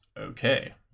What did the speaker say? Okay